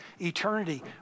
eternity